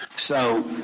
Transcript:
so